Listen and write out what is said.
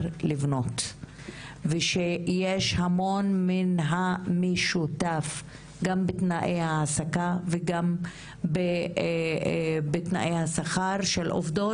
לבנות ויש המון מן המשותף גם בתנאי ההעסקה וגם בתנאי השכר של עובדות,